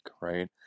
right